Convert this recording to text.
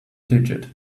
digit